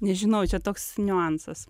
nežinau čia toks niuansas